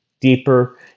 deeper